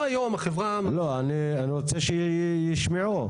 לא, אני רוצה שישמעו.